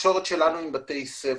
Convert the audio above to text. התקשורת שלנו עם בתי הספר.